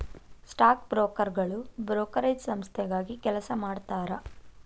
stock ಬ್ರೋಕರ್ಗಳು brokerage ಸಂಸ್ಥೆಗಾಗಿ ಕೆಲಸ ಮಾಡತಾರಾ